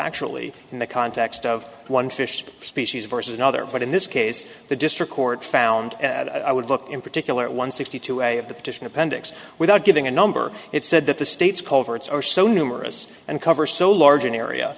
factually in the context of one fish species versus another but in this case the district court found at i would look in particular at one sixty two way of the petition appendix without giving a number it said that the state's culverts are so numerous and cover so large an area